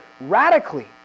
radically